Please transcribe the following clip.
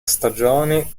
stagioni